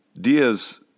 Diaz